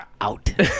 out